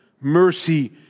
mercy